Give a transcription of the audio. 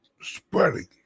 spreading